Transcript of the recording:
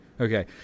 okay